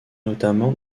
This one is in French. notamment